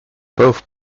both